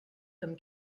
comme